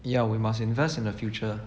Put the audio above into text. ya we must invest in the future